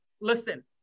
Listen